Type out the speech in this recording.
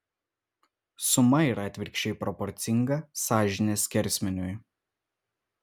suma yra atvirkščiai proporcinga sąžinės skersmeniui